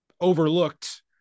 overlooked